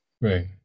Right